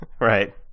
right